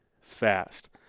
fast